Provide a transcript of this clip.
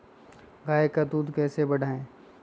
गाय का दूध कैसे बढ़ाये?